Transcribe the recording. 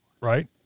right